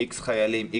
איקס חיילים,